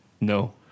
No